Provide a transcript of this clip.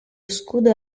scudo